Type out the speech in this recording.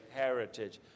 heritage